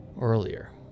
earlier